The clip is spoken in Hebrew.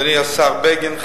אדוני השר בגין,